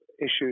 issues